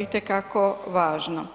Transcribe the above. itekako važno.